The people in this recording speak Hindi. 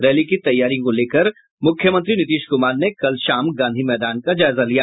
रैली की तैयारी को लेकर मुख्यमंत्री नीतीश कुमार ने कल शाम गांधी मैदान का जायजा लिया